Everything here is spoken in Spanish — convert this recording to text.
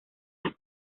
las